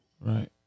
Right